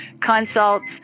consults